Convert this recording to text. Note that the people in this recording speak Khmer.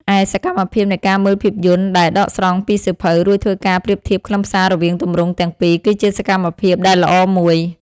ឯសកម្មភាពនៃការមើលភាពយន្តដែលដកស្រង់ពីសៀវភៅ រួចធ្វើការប្រៀបធៀបខ្លឹមសាររវាងទម្រង់ទាំងពីរ គឺជាសកម្មភាពដែលល្អមួយ។